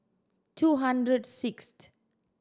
two hundred sixth